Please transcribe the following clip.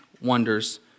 wonders